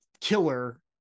killer